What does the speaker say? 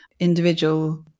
Individual